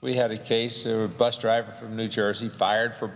we had a case of bus driver from new jersey fired for